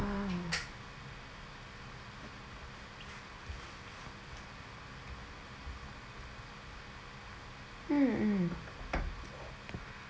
mm mm